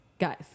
Guys